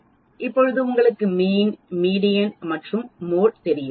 இப்பொழுது உங்களுக்கு மீண் மீடியன் மற்றும் மோட் தெரியும்